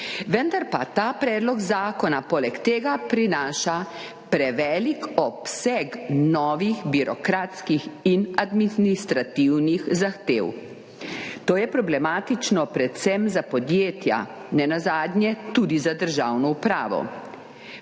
vendar pa ta predlog zakona poleg tega prinaša prevelik obseg novih birokratskih in administrativnih zahtev. To je problematično predvsem za podjetja, nenazadnje tudi za državno upravo.